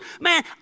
Man